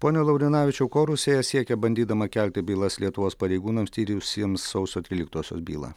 pone laurinavičiau ko rusija siekia bandydama kelti bylas lietuvos pareigūnams tyrusiems sausio tryliktosios bylą